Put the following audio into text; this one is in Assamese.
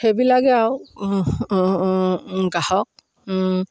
সেইবিলাকে আৰু গ্ৰাহক